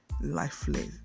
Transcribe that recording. lifeless